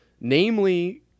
Namely